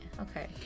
okay